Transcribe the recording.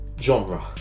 genre